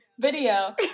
video